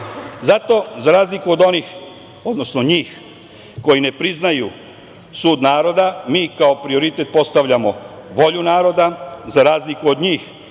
reč. Zato za razliku od onih, odnosno njih koji ne priznaju sud naroda mi kao prioritet postavljamo volju naroda. Za razliku od njih